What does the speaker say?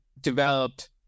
developed